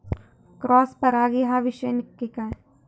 Cross परागी ह्यो विषय नक्की काय?